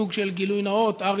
סוג של גילוי נאות: ארי,